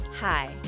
Hi